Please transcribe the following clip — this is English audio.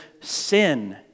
sin